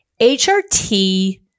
HRT